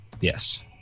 Yes